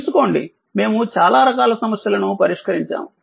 తెలుసుకోండి మేము చాలా రకాల సమస్యలను పరిష్కరించాము